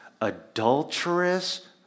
adulterous